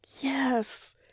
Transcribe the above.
yes